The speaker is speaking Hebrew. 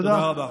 תודה רבה.